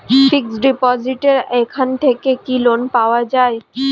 Fix ডিপোজিটের এখান থেকে কি লোন পাওয়া যায়?